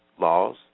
laws